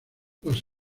los